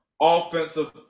offensive